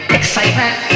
excitement